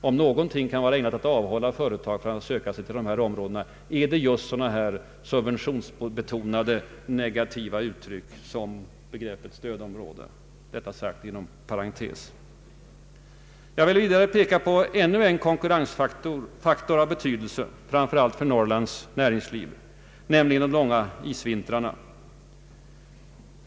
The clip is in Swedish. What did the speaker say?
Om någonting kan vara ägnat att avhålla företag från att söka sig till dessa områden, är det just sådana här subventionsbetonade negativa uttryck som begreppet stödområde. Detta sagt inom parentes. Jag vill vidare peka på ännu en konkurrensfaktor av betydelse framför allt för Norrlands näringsliv, nämligen de långa isvintrarna.